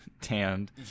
tanned